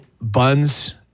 buns